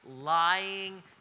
lying